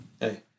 Hey